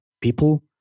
people